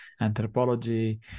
anthropology